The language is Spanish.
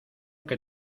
que